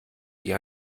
die